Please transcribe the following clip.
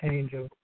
Angel